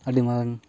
ᱟᱹᱰᱤ ᱢᱟᱨᱟᱝ